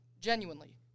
Genuinely